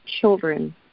children